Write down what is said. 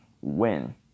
win